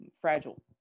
fragile